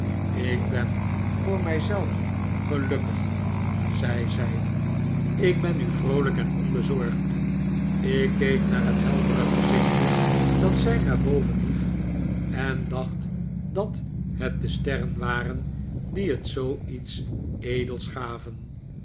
ik ben voor mij zelf gelukkiger zei zij ik ben nu vroolijk en onbezorgd ik keek naar het heldere gezichtje dat zij naar boven hief en dacht dat het de sterren waren die het zoo iets edels gaven